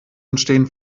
entstehen